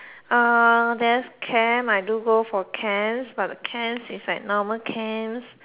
uh there's camp I do go for camps but camps is like normal camps